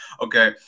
okay